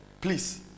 Please